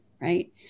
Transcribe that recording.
right